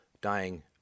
dying